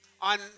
On